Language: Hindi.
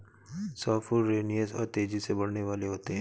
सॉफ्टवुड रेसनियस और तेजी से बढ़ने वाले होते हैं